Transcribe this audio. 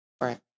Right